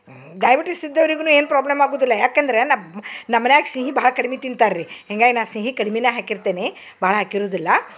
diabetes ಇದ್ದವರಿಗೂನು ಏನು problem ಆಗುದಿಲ್ಲ ಯಾಕಂದರೆ ನಬ್ ನಮ್ಮ ಮನ್ಯಾಗ ಸಿಹಿ ಬಹಳ ಕಡಿಮೆ ತಿಂತಾರೆ ರೀ ಹಿಂಗಾಯ್ ನಾ ಸಿಹಿ ಕಡ್ಮಿನೆ ಹಾಕಿರ್ತೇನಿ ಬಹಳ ಹಾಕಿರುದಿಲ್ಲ